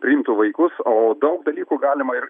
priimtų vaikus o daug dalykų galima ir